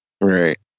Right